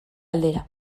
aldera